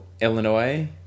Illinois